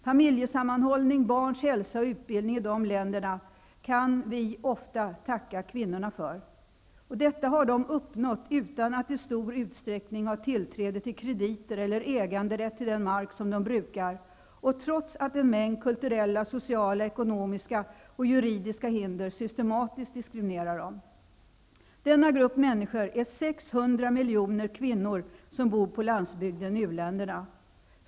Familjesammanhållning, barns hälsa och utbildning i de länderna kan vi ofta tacka kvinnorna för. Detta har de uppnått utan att i stor utsträckning ha tillträde till krediter eller äganderätt till den mark som de brukar och trots att en mängd kulturella, sociala, ekonomiska och juridiska hinder systematiskt diskriminerar dem. Denna grupp människor är 600 miljoner kvinnor som bor på landsbygden i u-länderna.